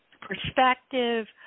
perspective